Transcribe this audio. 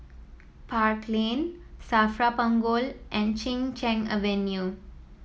Park Lane Safra Punggol and Chin Cheng Avenue